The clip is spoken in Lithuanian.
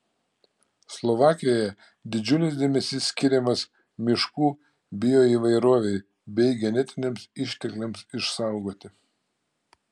slovakijoje didžiulis dėmesys skiriamas miškų bioįvairovei bei genetiniams ištekliams išsaugoti